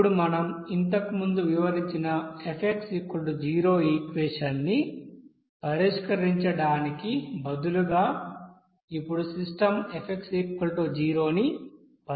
ఇప్పుడు మనం ఇంతకు ముందు వివరించిన F0 ఈక్యేషన్ ని పరిష్కరించడానికి బదులుగా ఇప్పుడు సిస్టమ్ F0 ని పరిష్కరిస్తున్నాము